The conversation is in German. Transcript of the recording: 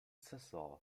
saison